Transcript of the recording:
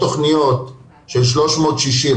מתוך תכניות של 360,